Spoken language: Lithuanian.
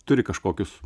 turi kažkokius